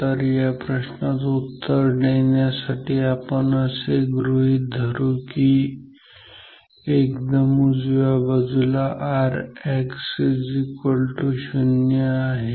तर या प्रश्नाचं उत्तर देण्यासाठी आपण असे गृहीत धरू की एकदम उजव्या बाजूला Rx0 आहे